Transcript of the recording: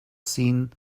seen